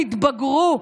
תתבגרו,